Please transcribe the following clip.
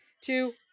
Two